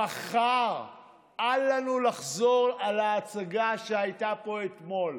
אל לנו לחזור מחר על ההצגה שהייתה פה אתמול.